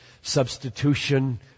substitution